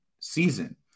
season